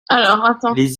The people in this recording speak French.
les